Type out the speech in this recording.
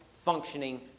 Functioning